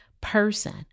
person